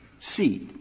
seed,